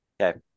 Okay